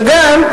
וגם,